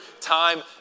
time